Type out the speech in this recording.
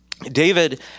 David